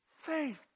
faith